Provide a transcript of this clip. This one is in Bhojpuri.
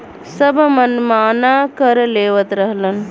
सब मनमाना कर लेवत रहलन